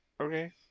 okay